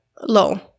low